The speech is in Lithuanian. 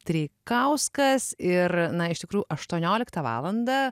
treikauskas ir na iš tikrųjų aštuonioliktą valandą